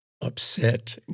upset